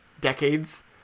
decades